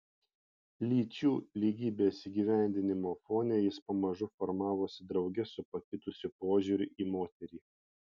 lyčių lygybės įgyvendinimo fone jis pamažu formavosi drauge su pakitusiu požiūriu į moterį